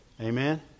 Amen